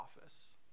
office